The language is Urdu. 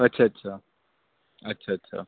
اچھا اچھا اچھا اچھا